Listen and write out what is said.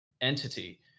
entity